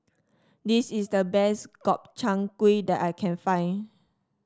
this is the best Gobchang Gui that I can find